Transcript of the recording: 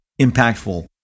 impactful